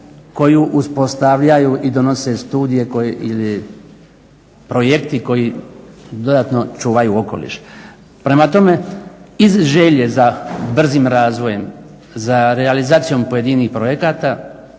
koju uspostavljaju i donose studije ili projekti koji dodatno čuvaju okoliš. Prema tome, iz želje za brzim razvojem, za realizacijom pojedinih projekata